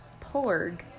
porg